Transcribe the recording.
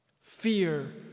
Fear